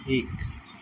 एक